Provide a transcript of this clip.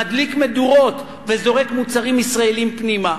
מדליק מדורות וזורק מוצרים ישראליים פנימה.